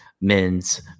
men's